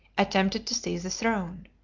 attempted to seize the throne.